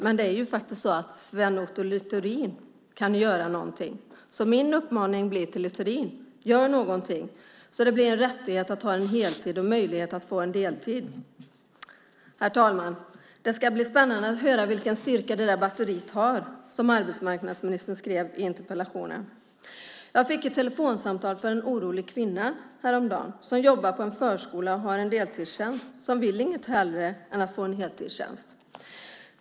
Men det är faktiskt Sven Otto Littorin som kan göra någonting. Min uppmaning till Littorin blir därför: Gör någonting, så att det blir en rättighet att ha en heltid och möjlighet att få en deltid! Herr talman! Det ska bli spännande att höra vilken styrka det batteri har som arbetsmarknadsministern beskrev i interpellationssvaret. Jag fick ett telefonsamtal från en orolig kvinna häromdagen. Hon jobbar på en förskola och har en deltidstjänst, och hon vill inget hellre än att få en heltidstjänst.